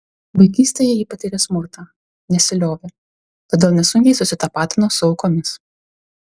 vaikystėje ji patyrė smurtą nesiliovė todėl nesunkiai susitapatino su aukomis